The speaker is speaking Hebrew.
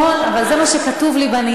נכון, אבל זה מה שכתוב לי בניירות.